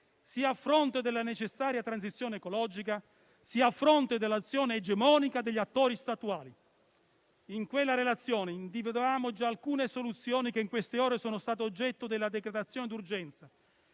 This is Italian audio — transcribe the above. a fronte sia della necessaria transizione ecologica, sia dell'azione egemonica degli attori statuali. In quella relazione individuavamo già alcune soluzioni che in queste ore sono state oggetto della decretazione d'urgenza